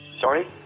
Sorry